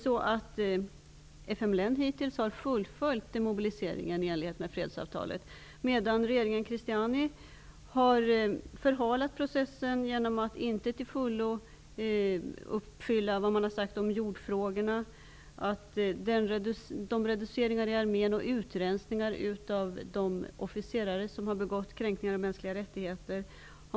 FMLN har hittills fullföljt demobiliseringen i enlighet med fredsavtalet, medan regeringen Christiani har förhalat processen genom att inte till fullo uppfylla vad man har sagt i jordfrågan. Man har inte heller ofentliggjort reduceringar i armén eller utrensning av de officerare som begått kränkningar av mänskliga rättigheter.